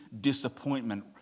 disappointment